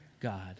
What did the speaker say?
God